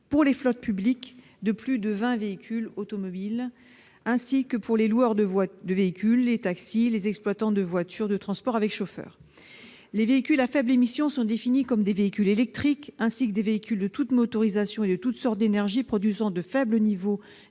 pour les flottes publiques de plus de vingt véhicules automobiles, ainsi que pour les loueurs de véhicules, les taxis et les exploitants de voitures de transport avec chauffeur. Les véhicules à faibles émissions sont définis comme des véhicules électriques, des véhicules de toutes motorisations et de toutes sources d'énergie produisant de faibles niveaux d'émissions